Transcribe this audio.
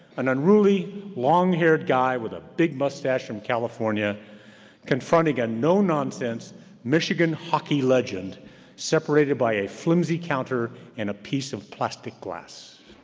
an unruly long-haired guy with a big mustache from california confronting a no-nonsense michigan hockey legend separated by a flimsy counter and a piece of plastic glass.